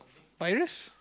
virus